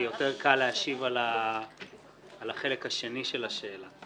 כי יותר קל להשיב על החלק השני של השאלה.